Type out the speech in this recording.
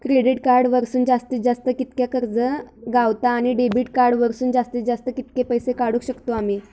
Credit card वरसून जास्तीत जास्त कितक्या कर्ज गावता, आणि डेबिट कार्ड वरसून जास्तीत जास्त कितके पैसे काढुक शकतू आम्ही?